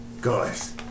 guys